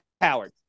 Howard